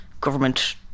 government